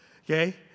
okay